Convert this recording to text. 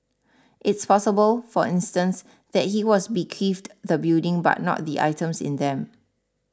it's possible for instance that he was bequeathed the building but not the items in them